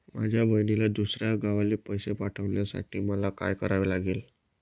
माझ्या बहिणीला दुसऱ्या गावाला पैसे पाठवण्यासाठी मला काय करावे लागेल?